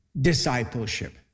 discipleship